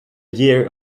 year